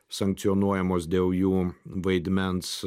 sankcionuojamos dėl jų vaidmens